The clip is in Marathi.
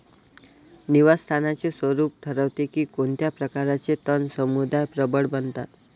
निवास स्थानाचे स्वरूप ठरवते की कोणत्या प्रकारचे तण समुदाय प्रबळ बनतात